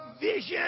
vision